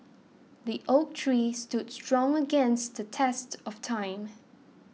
the oak tree stood strong against the test of time